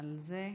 על זה.